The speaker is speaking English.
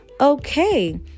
okay